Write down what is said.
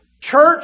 church